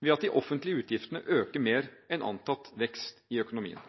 ved at de offentlige utgiftene øker mer enn antatt vekst i økonomien.